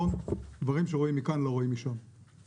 "דברים שרואים מכאן לא רואים משם".